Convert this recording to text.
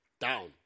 Down